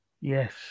Yes